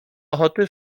ochoty